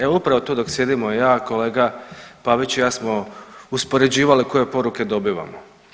Evo upravo tu dok sjedimo kolega Pavić i ja smo uspoređivali koje poruke dobivamo.